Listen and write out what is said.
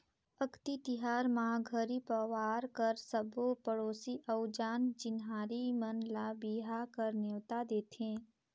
अक्ती तिहार म घरी परवार कर सबो पड़ोसी अउ जान चिन्हारी मन ल बिहा कर नेवता देथे